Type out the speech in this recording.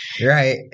right